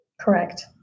Correct